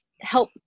help